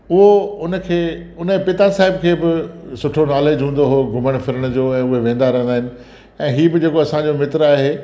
उहो उन खे उन पिता साहिब खे बि सुठो नॉलेज हूंदो हुओ घुमण फिरण जो ऐं उहे वेंदा रहंदा आहिनि ऐं हीउ बि जेको असांजो मित्र आहे